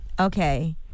Okay